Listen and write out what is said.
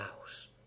house